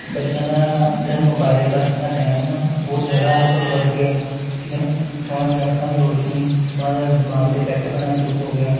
ਬੱਚਿਆਂ ਦਾ ਜਿਹੜਾ ਮੋਬਾਈਲ ਵਰਤਣ ਦਾ ਟਾਈਮ ਨਾ ਬਹੁਤ ਜ਼ਿਆਦਾ ਵੱਧ ਗਿਆ ਠੀਕ ਹੈ ਨਾ ਉਹਨਾਂ ਦੀਆਂ ਅੱਖਾਂ ਦੀ ਰੋਸ਼ਨੀ ਉਹਨਾਂ ਦਾ ਦਿਮਾਗ 'ਤੇ ਫੈਕਟ ਪੈਣਾ ਸ਼ੁਰੂ ਹੋ ਗਿਆ